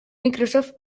microsoft